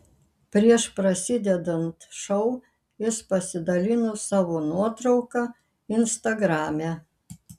prieš prasidedant šou jis pasidalino savo nuotrauka instagrame